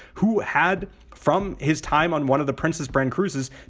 who had from his time on one of the princess brand cruises,